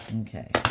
Okay